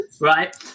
right